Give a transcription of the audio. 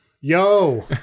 Yo